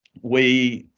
we,